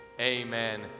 amen